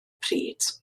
pryd